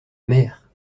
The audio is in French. mère